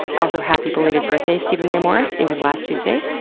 also, happy belated birthday steven ray morris. it was last tuesday.